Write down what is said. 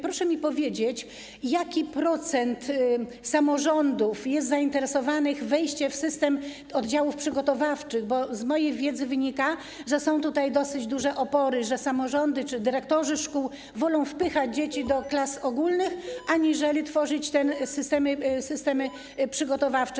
Proszę mi powiedzieć, jaki procent samorządów jest zainteresowany wejściem w system oddziałów przygotowawczych, bo z mojej wiedzy wynika, że są dosyć duże opory, że samorządy czy dyrektorzy szkół wolą wpychać dzieci do klas ogólnych, aniżeli tworzyć te systemy przygotowawcze.